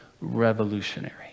revolutionary